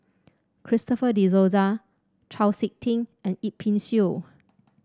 Christopher De Souza Chau SiK Ting and Yip Pin Xiu